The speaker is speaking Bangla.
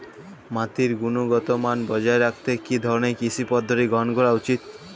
মাটির গুনগতমান বজায় রাখতে কি ধরনের কৃষি পদ্ধতি গ্রহন করা উচিৎ?